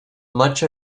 much